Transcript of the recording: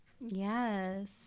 yes